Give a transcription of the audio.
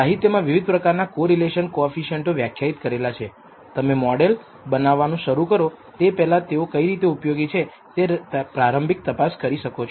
સાહિત્યમાં વિવિધ પ્રકારના કોરિલેશન કોએફિસિએંટો વ્યાખ્યાયિત કરેલા છે તમે મોડલ બનાવવાનું શરૂ કરો તે પહેલા તેઓ કઈ રીતે ઉપયોગી છે તે પ્રારંભિક તપાસ કરી શકો છો